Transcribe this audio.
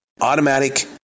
Automatic